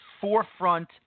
forefront